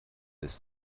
ist